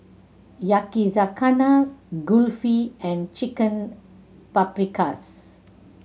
Yakizakana Kulfi and Chicken Paprikas